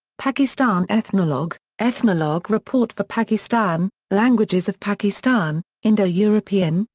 pakistan ethnologue ethnologue report for pakistan languages of pakistan indo-european,